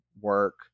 work